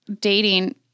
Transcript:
dating